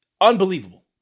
unbelievable